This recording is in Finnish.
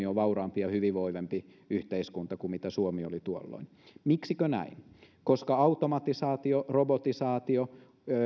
on vauraampi ja hyvinvoivampi yhteiskunta kuin mitä suomi oli tuolloin miksikö näin koska automatisaatio robotisaatio